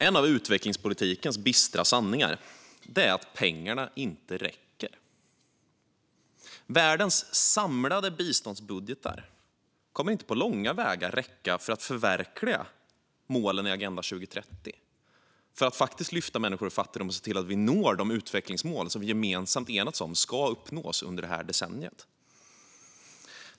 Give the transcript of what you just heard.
Fru talman! En av utvecklingspolitikens bistra sanningar är att pengarna inte räcker. Världens samlade biståndsbudgetar kommer inte på långa vägar att räcka till för att förverkliga målen i Agenda 2030 och för att lyfta människor ur fattigdom och se till att vi når de utvecklingsmål som vi gemensamt har enats om ska uppnås under detta decennium.